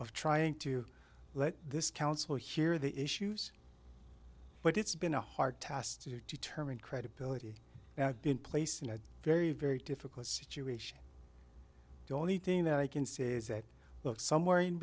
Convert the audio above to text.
of trying to let this council hear the issues but it's been a hard task to determine credibility now i've been placed in a very very difficult situation the only thing that i can say is that look somewhere in